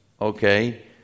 Okay